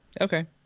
Okay